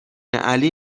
علی